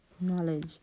knowledge